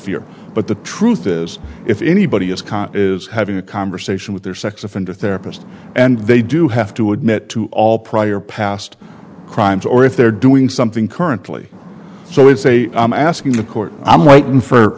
fear but the truth is if anybody is caught it is having a conversation with their sex offender therapist and they do have to admit to all prior past crimes or if they're doing something currently so it's a asking the court i'm writing for